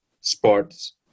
sports